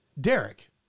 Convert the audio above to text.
Derek